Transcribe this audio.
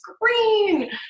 green